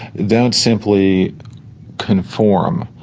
don't simply conform